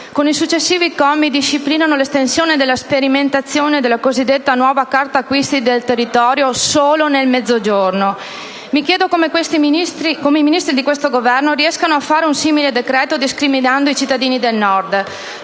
I successivi commi disciplinano l'estensione della sperimentazione della cosiddetta nuova carta acquisti del territorio solo nel Mezzogiorno. Mi chiedo come sia possibile che i Ministri di questo Governo riescano a fare un simile provvedimento che discrimina i cittadini del Nord.